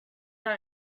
that